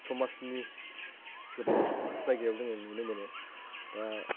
समाजनि गोबां जायगायाव जोङो नुनो मोनो दा